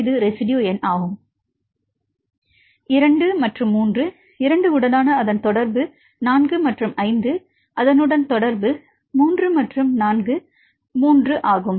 இது ரெஸிட்யு எண் 2 மற்றும் 3 2 உடனான அதன் தொடர்பு 4 மற்றும் 5 உடன் தொடர்பு 3 மற்றும் 4 வலது 3 ஆகும்